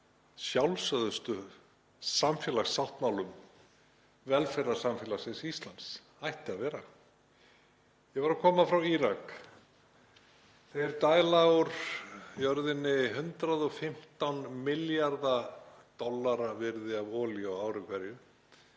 sjálfsögðustu samfélagssáttmálum velferðarsamfélagsins Íslands eða ætti að vera það. Ég var að koma frá Írak. Írakar dæla úr jörðinni 115 milljarða dollara virði af olíu á ári hverju.